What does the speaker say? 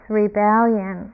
rebellion